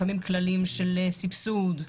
לפעמים כללים של סבסוד.